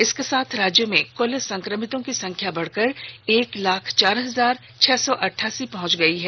इसके साथ राज्य में कृल संक्रमितों की संख्या बढ़कर एक लाख चार हजार छह सौ अट्टासी पहुंच गई है